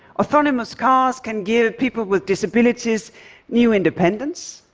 autonomous cars can give people with disabilities new independence.